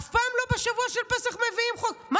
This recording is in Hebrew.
אף פעם לא מביאים בשבוע של פסח.